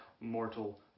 mortal